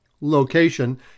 location